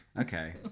Okay